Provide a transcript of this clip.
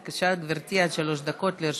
בבקשה, גברתי, עד שלוש דקות לרשותך.